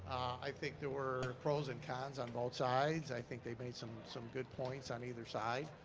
i think there were pros and cons on both sides. i think they made some some good points on either side.